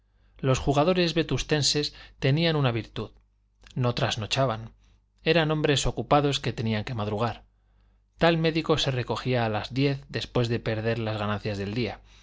los jugadores vetustenses tenían una virtud no trasnochaban eran hombres ocupados que tenían que madrugar tal médico se recogía a las diez después de perder las ganancias del día